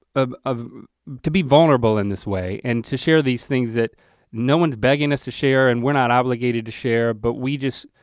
of, to be vulnerable in this way and to share these things that no one's begging us to share and we're not obligated to share but we just,